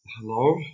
Hello